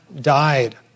died